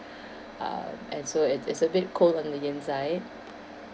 uh and so it it's a bit cold on the inside